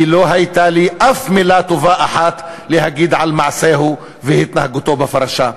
כי לא הייתה לי אף מילה טובה אחת להגיד על מעשהו והתנהגותו בפרשה.